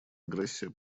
агрессия